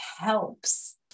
helps